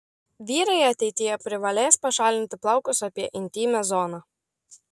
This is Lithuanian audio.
vyrai ateityje privalės pašalinti plaukus apie intymią zoną